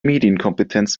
medienkompetenz